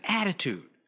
attitude